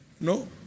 No